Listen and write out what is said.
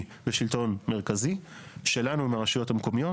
ושלטון מרכזי שלנו עם הרשויות המקומיות.